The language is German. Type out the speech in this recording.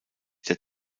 der